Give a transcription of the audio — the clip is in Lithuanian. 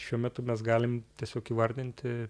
šiuo metu mes galim tiesiog įvardinti